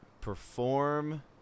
perform